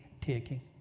taking